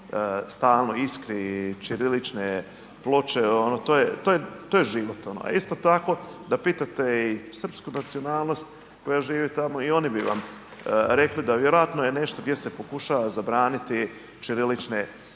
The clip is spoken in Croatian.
stalno iskri i ćirilične ploče to je život. A isto tako da pitate i srpsku nacionalnost koja živi tamo i oni bi vam rekli da vjerojatno je nešto gdje se pokušava zabraniti ćirilične ploče